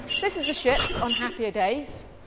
this is the ship on happier days.